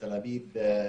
תל אביב,